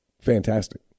Fantastic